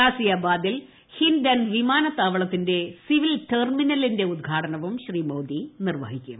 ഗാസിയാബാദിൽ ഹിൻഡൻ വിമാനത്താവളത്തിന്റെ സിവിൽ ടെർമിനലിന്റെ ഉദ്ഘാടനവും ശ്രീ മോദി നിർവ്വഹിക്കും